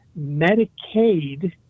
Medicaid